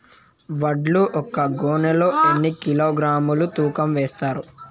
వడ్లు ఒక గోనె లో ఎన్ని కిలోగ్రామ్స్ తూకం వేస్తారు?